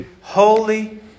Holy